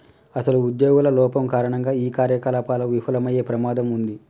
అసలు ఉద్యోగుల లోపం కారణంగా ఈ కార్యకలాపాలు విఫలమయ్యే ప్రమాదం ఉంది